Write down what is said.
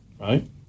right